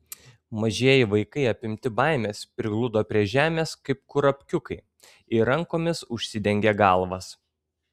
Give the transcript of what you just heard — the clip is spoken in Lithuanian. mažieji vaikai apimti baimės prigludo prie žemės kaip kurapkiukai ir rankomis užsidengė galvas